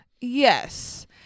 Yes